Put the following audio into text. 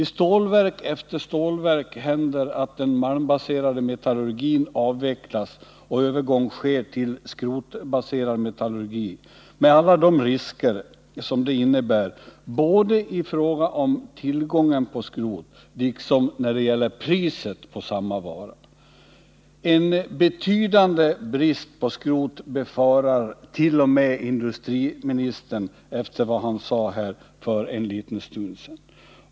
I stålverk efter stålverk avvecklas den malmbaserade metallurgin och en övergång sker till skrotbaserad metallurgi, med alla de risker som det innebär både i fråga om tillgången på skrot och när det gäller priset på samma vara. En betydande brist på skrot befarar t.o.m. industriministern, enligt vad han sade här för en liten stund sedan.